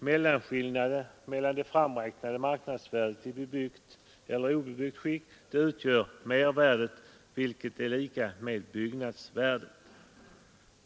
Mellanskillnaden mellan det framräknade marknadsvärdet i bebyggt respektive obebyggt skick utgör mervärdet, vilket är lika med byggnadsvärdet.